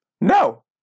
No